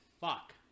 fuck